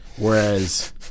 Whereas